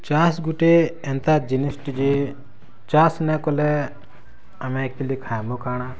ଚାଷ୍ ଗୁଟେ ଏନ୍ତା ଜିନିଷ୍ ଟେ ଯେ ଚାଷ୍ ନାଇଁ କଲେ ଆମେ ଏକ୍ଚୁଆଲି ଖାଏମୁଁ କାଣା